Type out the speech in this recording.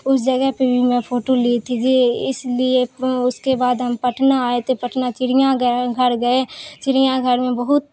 اس جگہ پہ بھی میں فوٹو لی تھی تھی اس لیے اس کے بعد ہم پٹنہ آئے تھے پٹنہ چڑیا گھر گئے چڑیا گھر میں بہت